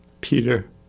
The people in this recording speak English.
Peter